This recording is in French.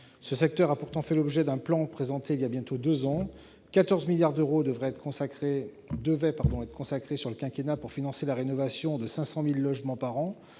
France, a pourtant fait l'objet d'un plan, présenté il y a bientôt deux ans : 14 milliards d'euros devaient être consacrés, sur le quinquennat, au financement de la rénovation de 500 000 logements par an,